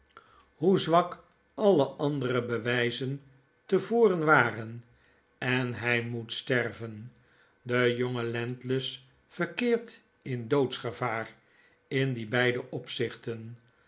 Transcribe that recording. hoe zwak alle andere bewjjzen te voren waren en hij moet sterven de jonge landless verkeert in doodsgevaar in die beide opzichten